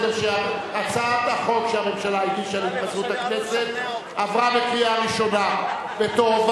הצעת החוק שהממשלה הגישה על התפזרות הכנסת עברה בקריאה ראשונה ותועבר